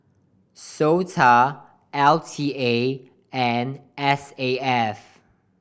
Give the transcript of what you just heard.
SOTA L T A and S A F